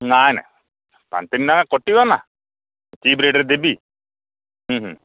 ନାଇଁ ନାଇଁ ପାଞ୍ଚ ତିନି ଟଙ୍କା କଟିବ ନା ଚିପ୍ ରେଟ୍ରେ ଦେବି ହୁଁ ହୁଁ